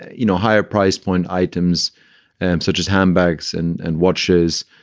you know, higher price point items and such as handbags and and watches,